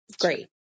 great